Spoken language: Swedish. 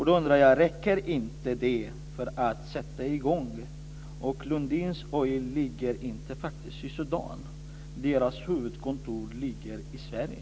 Då undrar jag: Räcker inte det för att sätta i gång? Lundin Oil ligger faktiskt inte i Sudan. Deras huvudkontor ligger i Sverige.